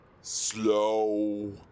Slow